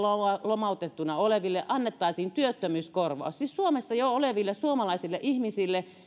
lomautettuna oleville annettaisiin työttömyyskorvaus siis suomessa jo oleville suomalaisille ihmisille